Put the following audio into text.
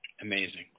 amazing